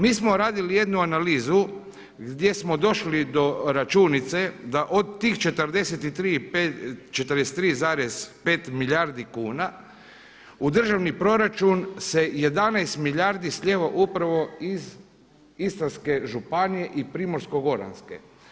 Mi smo radili jednu analizu gdje smo došli do računice da od tih 43,5 milijardi kuna u državni proračun se 11 milijardi slijeva upravo iz Istarske županije i Primorsko goranske.